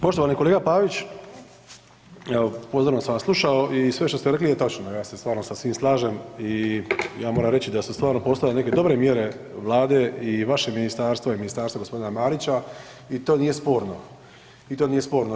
Poštovani kolega Pavić, evo pozorno sam vas slušao i sve što ste rekli je točno, ja se stvarno sa svim slažem i ja moram reći da su stvarno postojale neke dobre mjere vlade i vašeg ministarstva i ministarstva g. Marića i to nije sporno, i to nije sporno.